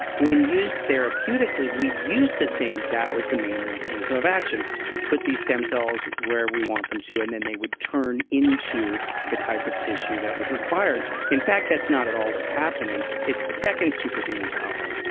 when used therapeutically we used to think that was the main mechanism of action. we put these stem cells where we want them to and then they would turn into the type of tissue that was required. in fact, that's not at all what's happening. it's the second superhuman power,